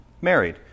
married